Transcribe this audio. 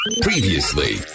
Previously